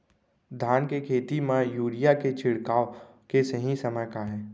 धान के खेती मा यूरिया के छिड़काओ के सही समय का हे?